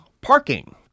parking